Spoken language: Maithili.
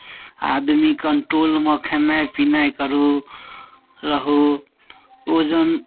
आदमी कंट्रोलमे खेनाइ पीनाइ करू रहू वजन